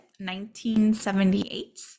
1978